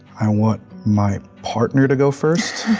i want my partner to go first.